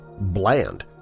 bland